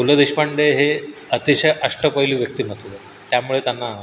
पु ल देशपांडे हे अतिशय अष्टपैलू व्यक्तिमत्त्व आहे त्यामुळे त्यांना